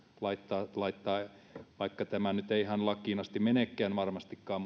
laittaa sitä sanomaa eteenpäin vaikka tämä nyt ei ihan lakiin asti menekään varmastikaan